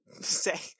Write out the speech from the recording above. say